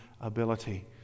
ability